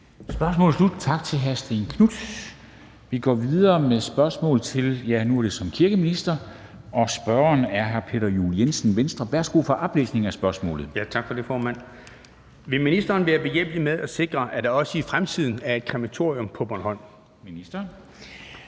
Spørgsmålet er sluttet. Tak til hr. Stén Knuth. Vi går videre med spørgsmål til kirkeministeren, og spørgeren er hr. Peter Juel-Jensen fra Venstre. Kl. 13:50 Spm. nr. S 802 (omtrykt) 9) Til kirkeministeren af: Peter Juel-Jensen (V): Vil ministeren være behjælpelig med at sikre, at der også i fremtiden er et krematorium på Bornholm?